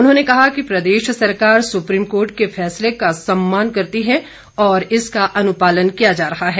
उन्होंने कहा कि प्रदेश सरकार सुप्रीम कोर्ट के फैसले का सम्मान करती है और इसका अनुपालन किया जा रहा है